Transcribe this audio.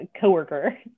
coworker